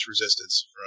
resistance